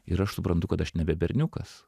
ir aš suprantu kad aš nebe berniukas